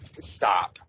Stop